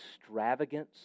extravagance